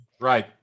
right